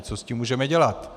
Co s tím můžeme dělat?